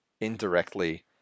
indirectly